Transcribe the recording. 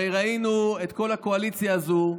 הרי ראינו את כל הקואליציה הזו,